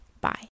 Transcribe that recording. bye